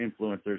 influencers